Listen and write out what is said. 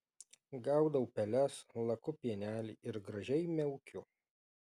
gaudau peles laku pienelį ir gražiai miaukiu